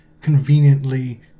conveniently